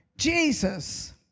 Jesus